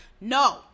no